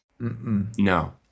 No